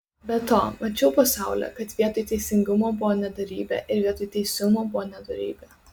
be to mačiau po saule kad vietoj teisingumo buvo nedorybė ir vietoj teisumo buvo nedorybė